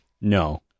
No